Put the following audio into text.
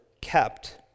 kept